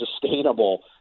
sustainable